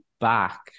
back